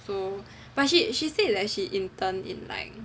so but she she said that she interned in like